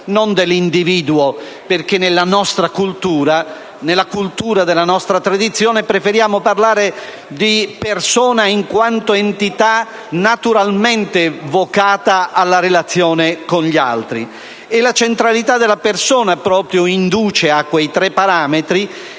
non dell'individuo, perché nella nostra cultura, nella cultura della nostra tradizione, preferiamo parlare di persona, in quanto entità naturalmente vocata alla relazione con gli altri. La centralità della persona induce proprio a quei tre parametri